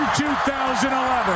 2011